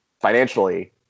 financially